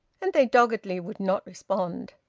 and they doggedly would not respond.